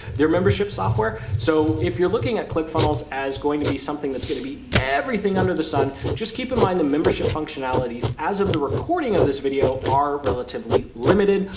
their membership software. so if you're looking at click funnels as going to be something that's going to be everything under the sun, just keep in mind. the membership functionalities, as of the recording of this video are relatively limited,